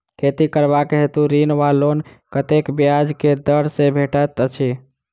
खेती करबाक हेतु ऋण वा लोन कतेक ब्याज केँ दर सँ भेटैत अछि?